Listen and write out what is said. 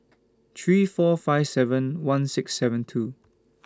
three four five seven one six seven two